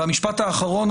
והמשפט האחרון,